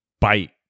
bite